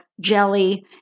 jelly